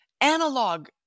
analog